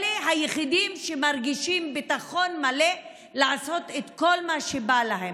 אלה היחידים שמרגישים ביטחון מלא לעשות את כל מה שבא להם.